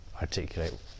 articulate